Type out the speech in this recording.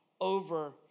over